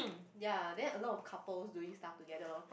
ya then a lot of couples doing stuff together